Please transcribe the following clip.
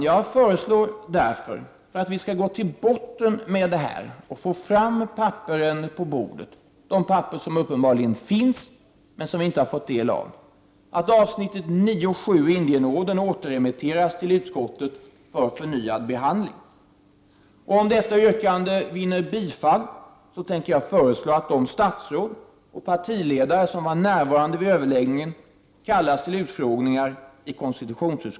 Jag föreslår därför — för att vi skall gå till botten med detta och få fram de papper som uppenbarligen finns men som vi inte har fått ta del av att avsnittet 9.7 Indienordern återremitteras till utskottet för förnyad behandling. Om detta yrkande vinner bifall tänker jag föreslå att de statsråd och partiledare som var närvarande vid överläggningen kallas till utfrågningar i konstitutionsutskottet.